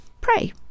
pray